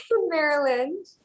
Maryland